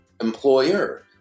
employer